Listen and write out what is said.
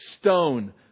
stone